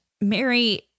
Mary